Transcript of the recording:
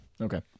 okay